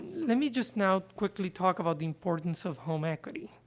let me just now quickly talk about the importance of home equity.